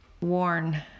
worn